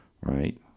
right